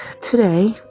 today